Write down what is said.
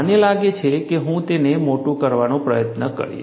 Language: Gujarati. મને લાગે છે કે હું તેને મોટું કરવાનો પ્રયત્ન કરીશ